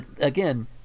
Again